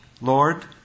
Lord